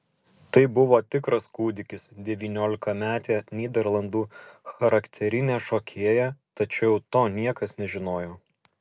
tai buvo tikras kūdikis devyniolikametė nyderlandų charakterinė šokėja tačiau to niekas nežinojo